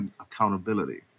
accountability